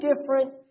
different